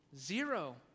Zero